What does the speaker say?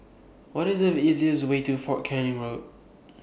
What IS The easiest Way to Fort Canning Road